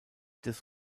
des